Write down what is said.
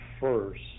first